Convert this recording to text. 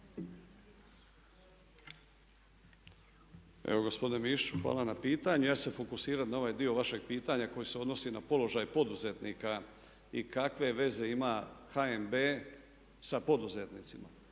Evo gospodine Mišiću, hvala na pitanju. Ja ću se fokusirati na ovaj dio vašeg pitanja koji se odnosi položaj poduzetnika i kakve veze ima HNB sa poduzetnicima.